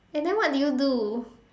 and then what did you do